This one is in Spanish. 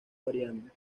variando